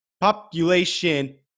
population